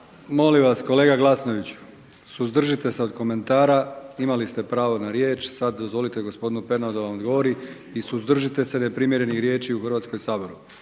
molim vas kolega Glasnoviću, imali ste pravo na riječ. Sad dozvolite gospodinu Pernaru da vam odgovori i suzdržite se neprimjerenih riječi u Hrvatskom saboru.